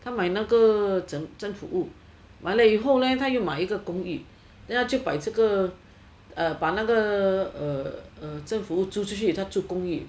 他买那个政府屋买了以后了他又买一个公寓 then 他就把那个政府屋租出去他住公寓